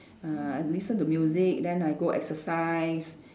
uh I listen to music then I go exercise